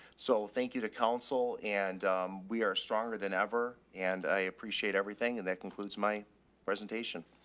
so thank you to council and um, we are a stronger than ever and i appreciate everything. and that concludes my presentation,